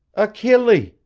achille!